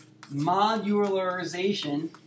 modularization